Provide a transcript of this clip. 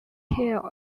retail